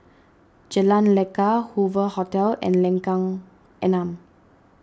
Jalan Lekar Hoover Hotel and Lengkong Enam